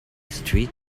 street